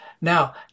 Now